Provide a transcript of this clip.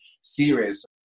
series